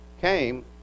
came